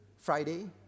Friday